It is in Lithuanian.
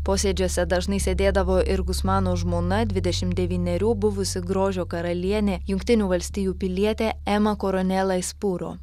posėdžiuose dažnai sėdėdavo ir gusmano žmona dvidešimt devynerių buvusi grožio karalienė jungtinių valstijų pilietė ema koronela ispūro